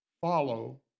Follow